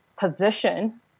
position